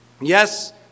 Yes